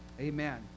Amen